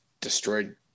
destroyed